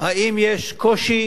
האם יש קושי